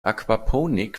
aquaponik